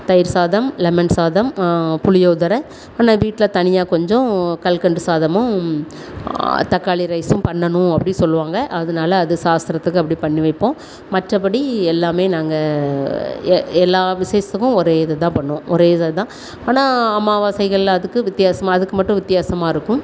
தயிர் சாதம் லெமன் சாதம் புளியோதரை ஆனால் வீட்டில் தனியாக கொஞ்சம் கல்கண்டு சாதமும் தக்காளி ரைஸும் பண்ணணும் அப்படி சொல்லுவாங்க அதனால அது சாஸ்திரத்துக்கு அப்படி பண்ணி வைப்போம் மற்றபடி எல்லாமே நாங்கள் எ எல்லா விஷேசத்துக்கும் ஒரே இது தான் பண்ணுவோம் ஒரே இதுனால் ஆனால் அமாவாசைகள் அதுக்கு வித்தியாசமா அதுக்கு மட்டும் வித்தியாசமா இருக்கும்